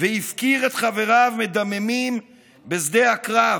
והפקיר את חבריו מדממים בשדה הקרב.